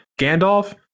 Gandalf